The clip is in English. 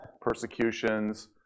Persecutions